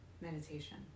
meditation